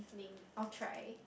~ning I'll try